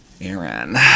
Aaron